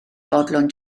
fodlon